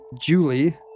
Julie